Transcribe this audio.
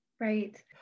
Right